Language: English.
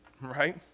right